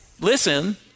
listen